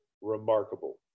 remarkable